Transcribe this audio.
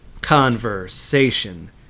conversation